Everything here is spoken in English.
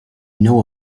know